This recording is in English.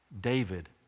David